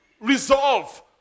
resolve